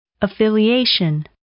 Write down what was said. Affiliation